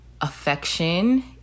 affection